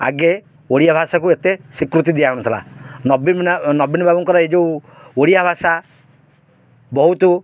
ଆଗେ ଓଡ଼ିଆ ଭାଷାକୁ ଏତେ ସ୍ୱୀକୃତି ଦିଆହଉନଥିଲା ନବୀନ ନବୀନ ବାବୁଙ୍କର ଏଇ ଯେଉଁ ଓଡ଼ିଆ ଭାଷା ବହୁତ